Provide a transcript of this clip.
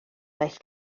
daeth